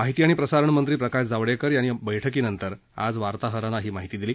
माहिती आणि प्रसारण मंत्री प्रकाश जावडेकर यांनी या बैठकीनंतर आज वार्ताहरांना ही माहिती दिली